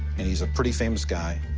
and he's a pretty famous guy.